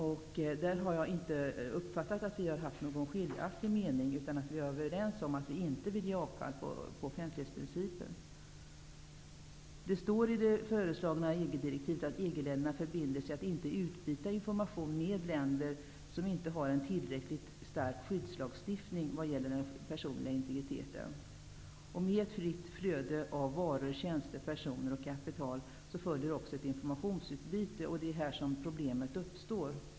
I det sammanhanget har jag inte uppfattat att vi har haft någon skiljaktig mening, utan vi är överens om att vi inte vill ge avkall på offentlighetsprincipen. I det föreslagna EG-direktivet står det att EG länderna förbinder sig att inte utbyta information med länder som inte har en tillräckligt stark skyddslagstiftning i fråga om den personliga integriteten. Med ett fritt flöde av varor, tjänster, personer och kapital följer också ett informationsutbyte. Det är här som problemet uppstår.